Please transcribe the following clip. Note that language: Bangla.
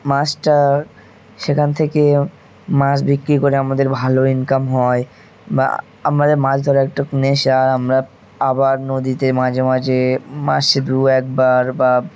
মাছটা সেখান থেকে মাছ বিক্রি করে আমাদের ভালো ইনকাম হয় বা আমাদের মাছ ধর একটু নেশে আর আমরা আবার নদীতে মাঝে মাঝে মাছ সেতু একবার বা